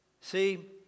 See